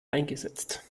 eingesetzt